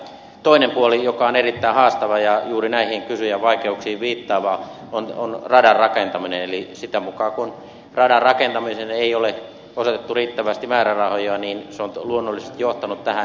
toinen puoli joka on erittäin haastava ja juuri näihin kysyjän vaikeuksiin viittaava on radan rakentaminen eli sitä mukaa kuin radan rakentamiseen ei ole osoitettu riittävästi määrärahoja se on luonnollisesti johtanut tähän